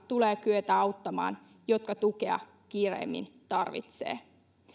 tulee kyetä auttamaan niitä lapsia jotka tukea kiireimmin tarvitsevat